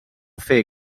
fer